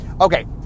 okay